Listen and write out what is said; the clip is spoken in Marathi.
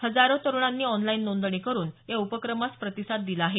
हजारो तरुणांनी ऑनलाइन नोंदणी करून या उपक्रमास प्रतिसाद दिला आहे